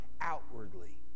outwardly